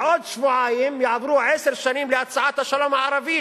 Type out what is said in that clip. בעוד שבועיים יעברו עשר שנים להצעת השלום הערבית,